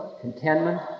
contentment